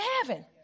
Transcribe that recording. heaven